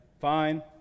fine